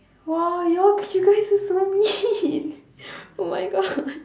!wow! y'all c~ you guys are so mean oh my god